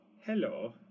hello